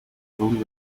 own